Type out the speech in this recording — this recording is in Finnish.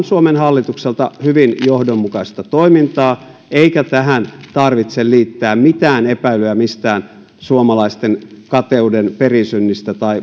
suomen hallitukselta hyvin johdonmukaista toimintaa eikä tähän tarvitse liittää mitään epäilyjä mistään suomalaisten kateuden perisynnistä tai